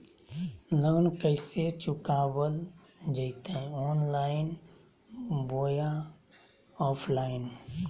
Loan कैसे चुकाबल जयते ऑनलाइन बोया ऑफलाइन?